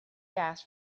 gas